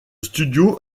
studio